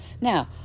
Now